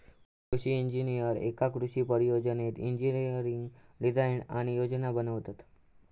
कृषि इंजिनीयर एका कृषि परियोजनेत इंजिनियरिंग डिझाईन आणि योजना बनवतत